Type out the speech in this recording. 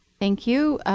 thank you.